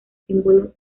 símbolo